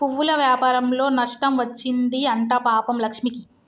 పువ్వుల వ్యాపారంలో నష్టం వచ్చింది అంట పాపం లక్ష్మికి